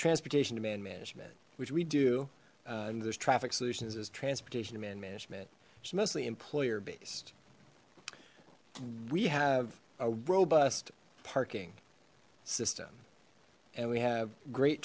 transportation demand management which we do and there's traffic solutions as transportation demand management she's mostly employer based we have a robust parking system and we have great